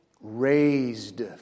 raised